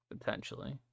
Potentially